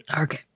Okay